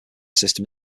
system